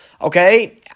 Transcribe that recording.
okay